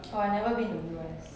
orh I never been to U_S